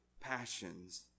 passions